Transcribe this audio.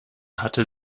hatte